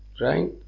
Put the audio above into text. right